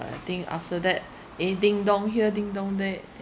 but I think after that eh ding dong here ding dong there